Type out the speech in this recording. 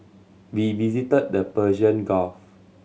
we visited the Persian Gulf